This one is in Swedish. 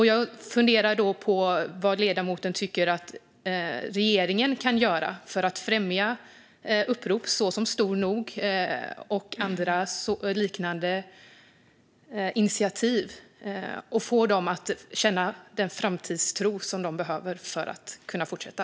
Jag funderar på vad ledamoten tycker att regeringen kan göra för att främja upprop som Stor nog och andra liknande initiativ och få dem att känna den framtidstro som de behöver för att fortsätta.